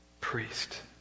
priest